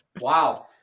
wow